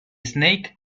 snake